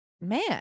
man